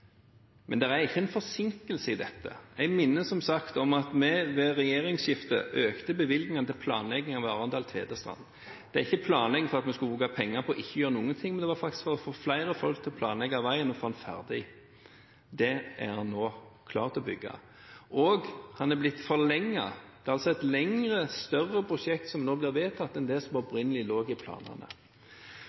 Men det er ikke en forsinkelse i dette. Jeg minner som sagt om at vi ved regjeringsskiftet økte bevilgningene til planlegging av Arendal–Tvedestrand. Det er ikke planlegging for at vi skal bruke penger på ikke å gjøre noen ting, men det var faktisk for å få flere folk til å planlegge veien og få den ferdig. Det er den nå, klar til å bygges, og den er blitt forlenget. Det er altså et lengre og større prosjekt som nå blir vedtatt, enn det som opprinnelig lå i planene.